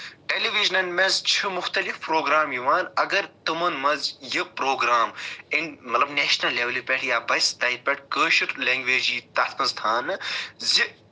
ٹیلی وژنَن منٛز چھُ مُختٕلِف پرٛوگرام یِوان اَگر تِمَن منٛز یہِ پرٛوگرام اَمہِ مطلب نٮ۪شنَل لٮ۪ولہِ پٮ۪ٹھ یا پٮ۪ٹھ کٲشُر لٮ۪نٛگوٮ۪ج یی تَتھ منٛز تھاونہٕ زِ